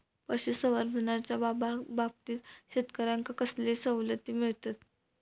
पशुसंवर्धनाच्याबाबतीत शेतकऱ्यांका कसले सवलती मिळतत?